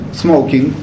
smoking